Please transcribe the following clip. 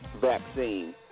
vaccine